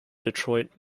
detroit